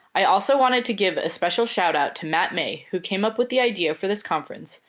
i also wanted to give a special shout-out to matt may, who came up with the idea for this conference,